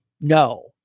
No